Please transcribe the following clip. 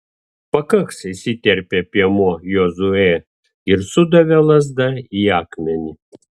pakaks įsiterpė piemuo jozuė ir sudavė lazda į akmenį